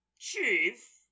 Chief